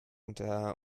unter